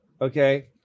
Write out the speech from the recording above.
okay